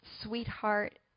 sweetheart